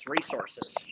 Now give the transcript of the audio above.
resources